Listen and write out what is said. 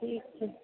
ठीक छै